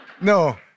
No